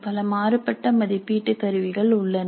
பல மாறுபட்ட மதிப்பீட்டு கருவிகள் உள்ளன